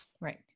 Right